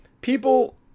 people